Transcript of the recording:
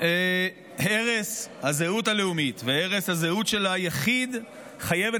הרס הזהות הלאומית והרס הזהות של היחיד חייבים